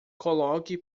coloque